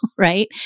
right